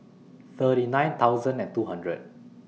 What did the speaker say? thirty nine thousand and two hundred